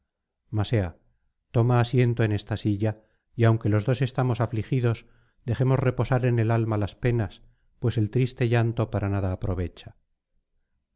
mas ea toma asiento en esta silla y aunque los dos estamos afligidos dejemos reposar en el alma las penas pues el triste llanto para nada aprovecha